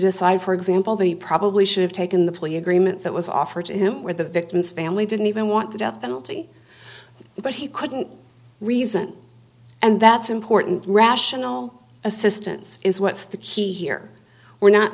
decide for example the probably should have taken the plea agreement that was offered to him where the victim's family didn't even want the death penalty but he couldn't reason and that's important rational assistance is what's the key here we're not